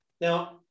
Now